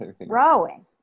Rowing